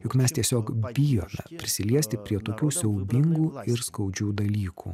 juk mes tiesiog bijome prisiliesti prie tokių saiubingų ir skaudžių dalykų